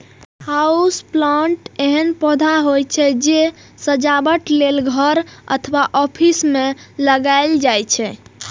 house plant एहन पौधा होइ छै, जे सजावट लेल घर अथवा ऑफिस मे लगाएल जाइ छै